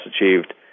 achieved